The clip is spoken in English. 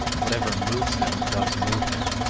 whatever moves him does move him,